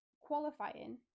qualifying